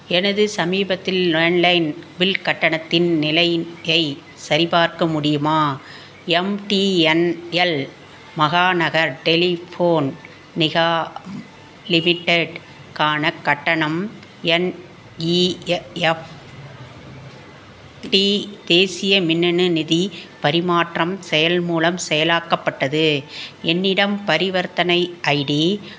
எனது சமீபத்தில் landline bill கட்டணத்தின் நிலையின் ஐ சரிபார்க்க முடியுமா எம்டிஎன்எல் மகாநகர் டெலிஃபோன் நிகாம் லிமிடெட்டுக்கான கட்டணம் என்இஎஃப்டி தேசிய மின்னணு நிதி பரிமாற்றம் செயல் மூலம் செயலாக்கப்பட்டது என்னிடம் பரிவர்த்தனை ஐடி